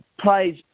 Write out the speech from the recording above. plays